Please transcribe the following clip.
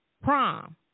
Prom